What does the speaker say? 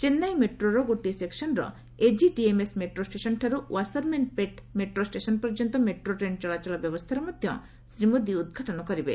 ଚେନ୍ନାଇ ମେଟ୍ରୋର ଗୋଟିଏ ସେକ୍କନର ଏଜି ଡିଏମଏସ ମେଟ୍ରୋ ଷ୍ଟେସନଠାରୁ ୱାସରମେନ ପେଟ୍ ମେଟ୍ରୋ ଷ୍ଟେସନ ପର୍ଯ୍ୟନ୍ତ ମେଟ୍ରୋ ଟ୍ରେନ ଚଳାଚଳ ବ୍ୟବସ୍ଥାର ମଧ୍ୟ ଶ୍ରୀ ମୋଦୀ ଉଦ୍ଘାଟନ କରିବେ